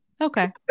okay